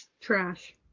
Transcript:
trash